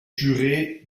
juré